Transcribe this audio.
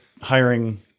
hiring